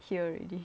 here already